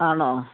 ആണോ